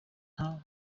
nta